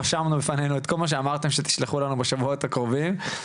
רשמנו לפנינו את כל מה שאמרתם שתשלחו לנו בשבועות הקרובים.